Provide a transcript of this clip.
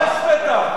תתבייש לך.